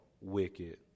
wicked